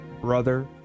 brother